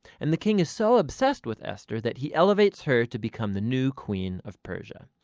and the king is so obsessed with esther that he elevates her to become the new queen of persia.